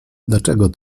dlaczego